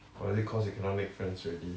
or is it cause you cannot make friends already